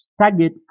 target